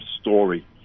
story